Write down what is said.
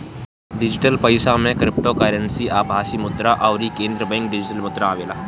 digital पईसा में cryptocurrency, आभासी मुद्रा अउरी केंद्रीय बैंक डिजिटल मुद्रा आवेला